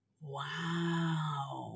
Wow